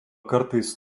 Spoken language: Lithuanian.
kartais